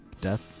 Death